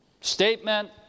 statement